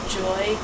joy